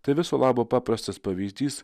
tai viso labo paprastas pavyzdys